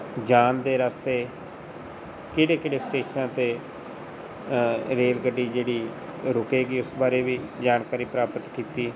ਜਾਣ ਦੇ ਰਸਤੇ ਕਿਹੜੇ ਕਿਹੜੇ ਸਟੇਸ਼ਨਾਂ 'ਤੇ ਅ ਰੇਲ ਗੱਡੀ ਜਿਹੜੀ ਰੁਕੇਗੀ ਉਸ ਬਾਰੇ ਵੀ ਜਾਣਕਾਰੀ ਪ੍ਰਾਪਤ ਕੀਤੀ